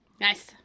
Nice